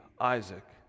Isaac